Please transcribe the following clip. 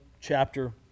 chapter